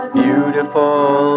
beautiful